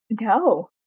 No